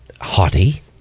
haughty